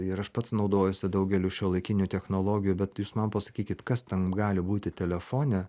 ir aš pats naudojuosi daugeliu šiuolaikinių technologijų bet jūs man pasakykit kas ten gali būti telefone